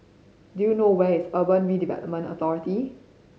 do you know where is Urban Redevelopment Authority